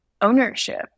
ownership